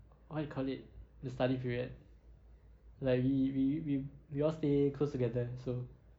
what you call it the study period like we we we we all stay close together so